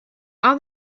are